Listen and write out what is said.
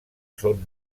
són